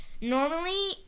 normally